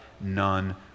none